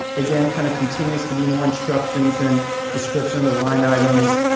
again, kind of continues to be more instructions and description of the line items.